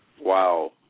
Wow